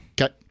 Okay